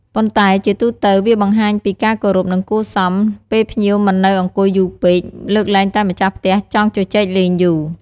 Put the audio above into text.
ប៉ុន្តែជាទូទៅ វាបង្ហាញពីការគោរព និងគួរសម ពេលភ្ញៀវមិននៅអង្គុយយូរពេក លើកលែងតែម្ចាស់ផ្ទះចង់ជជែកលែងយូរ។